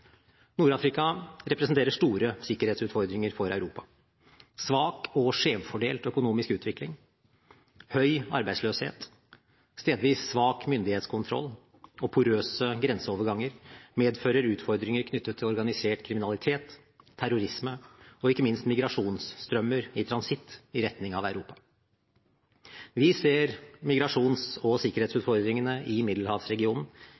Nord-Afrika representerer store sikkerhetsutfordringer for Europa. Svak og skjevfordelt økonomisk utvikling, høy arbeidsløshet, stedvis svak myndighetskontroll og porøse grenseoverganger medfører utfordringer knyttet til organisert kriminalitet, terrorisme og ikke minst migrasjonsstrømmer i transitt i retning av Europa. Vi ser migrasjons- og sikkerhetsutfordringene i middelhavsregionen